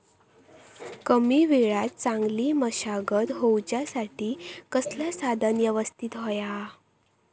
कमी वेळात चांगली मशागत होऊच्यासाठी कसला साधन यवस्तित होया?